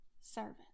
servant